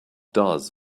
does